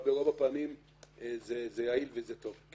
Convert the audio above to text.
אבל ברוב הפעמים זה יעיל וזה טוב.